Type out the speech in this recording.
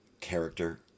character